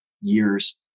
years